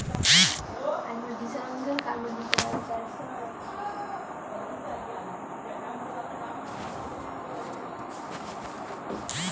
हरा चना या मूंगेर खेतीर तने पच्चीस स तीस डिग्री सेल्सियस गर्म मौसम होबा चाई